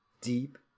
deep